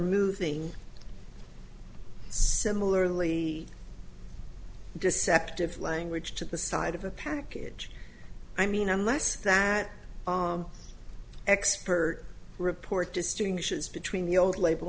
moving similarly deceptive language to the side of a package i mean unless that expert report distinctions between the old label